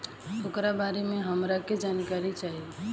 ओकरा बारे मे हमरा के जानकारी चाही?